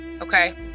Okay